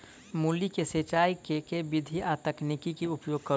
मूली केँ सिचाई केँ के विधि आ तकनीक केँ उपयोग करू?